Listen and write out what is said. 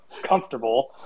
comfortable